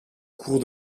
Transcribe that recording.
cours